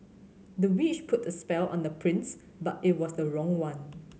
the witch put a spell on the prince but it was the wrong one